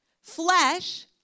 Flesh